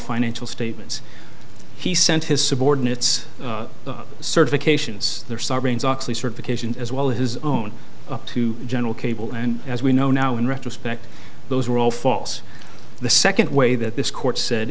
financial statements he sent his subordinates certifications there sarbanes oxley certification as well his own up to general cable and as we know now in retrospect those were all false the second way that this court said